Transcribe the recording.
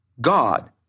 God